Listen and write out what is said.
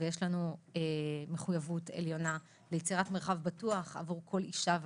יש לנו מחויבות עליונה ליצירת מרחב בטוח עבור כל אישה ואיש,